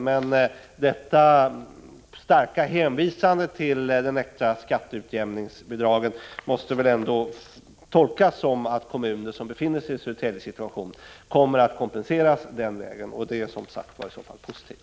Men det starka hänvisandet till det extra skatteutjämningsbidraget måste väl ändå tolkas som att kommuner som befinner sig i Södertäljes situation kommer att kompenseras den vägen. Det är i så fall positivt.